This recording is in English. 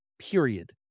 Period